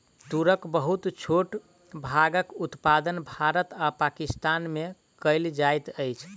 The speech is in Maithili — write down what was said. तूरक बहुत छोट भागक उत्पादन भारत आ पाकिस्तान में कएल जाइत अछि